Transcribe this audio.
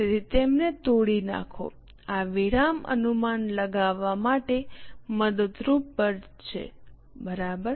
તેથી તેમને તોડી નાખો આ વિરામ અનુમાન લગાવવા માટે મદદરૂપ થશે બરાબર